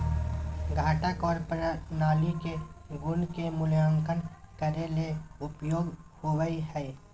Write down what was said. घटक आर प्रणाली के गुण के मूल्यांकन करे ले उपयोग होवई हई